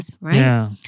right